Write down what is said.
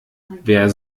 wer